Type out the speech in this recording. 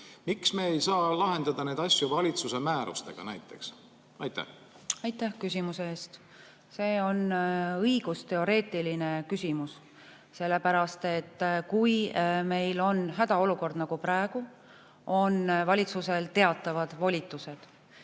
Miks me ei saa lahendada neid asju valitsuse määrustega näiteks? Aitäh küsimuse eest! See on õigusteoreetiline küsimus. Kui meil on hädaolukord nagu praegu, siis on valitsusel teatavad volitused.